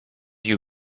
you